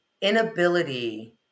inability